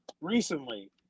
recently